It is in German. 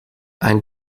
ein